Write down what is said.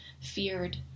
feared